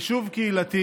יישוב קהילתי